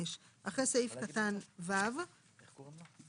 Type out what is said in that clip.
אחרי סעיף קטן (ו) יבוא: